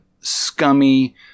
scummy